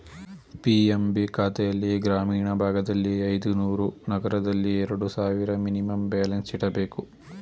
PMB ಖಾತೆಲ್ಲಿ ಗ್ರಾಮೀಣ ಭಾಗದಲ್ಲಿ ಐದುನೂರು, ನಗರದಲ್ಲಿ ಎರಡು ಸಾವಿರ ಮಿನಿಮಮ್ ಬ್ಯಾಲೆನ್ಸ್ ಇಡಬೇಕು